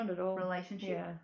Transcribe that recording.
relationship